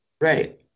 right